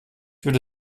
würde